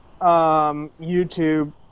YouTube